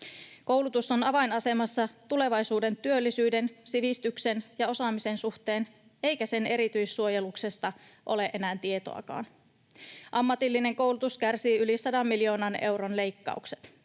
Koulutus on avainasemassa tulevaisuuden työllisyyden, sivistyksen ja osaamisen suhteen, eikä sen erityissuojeluksesta ole enää tietoakaan. Ammatillinen koulutus kärsii yli sadan miljoonan euron leikkaukset,